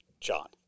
John